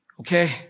Okay